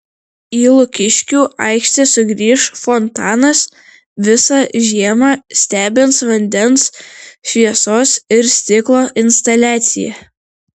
į lukiškių aikštę sugrįš fontanas visą žiemą stebins vandens šviesos ir stiklo instaliacija